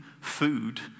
food